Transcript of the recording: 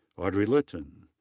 audrey litten.